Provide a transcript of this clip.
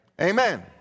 Amen